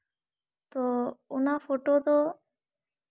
ᱛᱚ ᱚᱱᱟ ᱯᱷᱳᱴᱳ ᱫᱚ